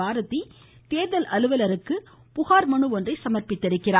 பாரதி தோ்தல் அலுவலருக்கு புகார்மனு ஒன்றை சமர்ப்பித்துள்ளார்